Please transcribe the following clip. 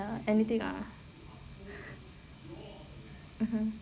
ya anything ah mmhmm